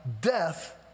death